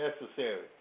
necessary